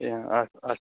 एव अस् अ